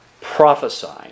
prophesying